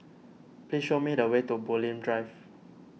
please show me the way to Bulim Drive